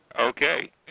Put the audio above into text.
Okay